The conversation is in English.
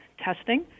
testing